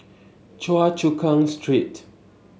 Choa Chu Kang Street